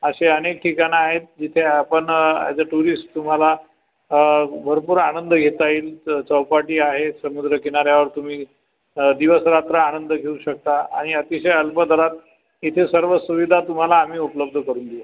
अशे अनेक ठिकाणं आहेत जिथे आपण अॅज अ टुरिस्ट तुम्हाला भरपूर आनंद घेता येईल च चौपाटी आहे समुद्र किनाऱ्यावर तुम्ही दिवसरात्र आनंद घेऊ शकता आणि अतिशय अल्प दरात इथे सर्व सुविधा तुम्हाला आम्ही उपलब्ध करून देऊ